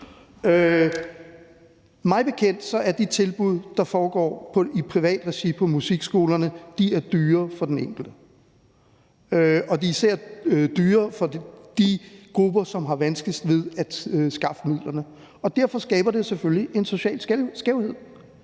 de tilbud, der foregår i privat regi på musikskolerne, dyrere for den enkelte. Og de er især dyre for de grupper, som har vanskeligst ved at skaffe midlerne. Derfor skaber det selvfølgelig en social skævhed.